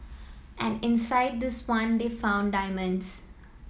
and inside this one they found diamonds